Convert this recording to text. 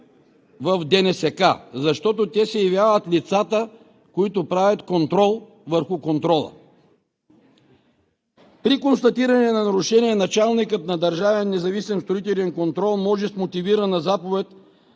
в ДНСК, защото те се явяват лицата, които правят контрол върху контрола. При констатиране на нарушение началникът на държавния независим